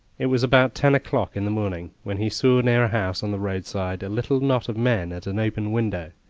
it was about ten o'clock in the morning when he saw near a house on the roadside a little knot of men at an open window.